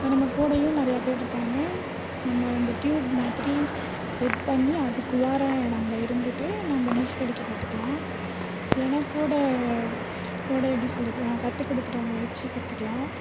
ஏன்னா நம்மக்கூடயும் நிறைய பேர் இருப்பாங்க நம்ம அந்த ட்யூப் மாதிரி செட் பண்ணி அதுக்குள்ளார நம்ம இருந்துட்டு நம்ம நீச்சல் அடிக்கக்கத்துக்கலாம் ஏன்னா கூட கூட எப்படி சொல்கிறது கத்துக்கொடுத்துட்டவங்கள வச்சி கத்துக்கலாம்